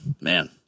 man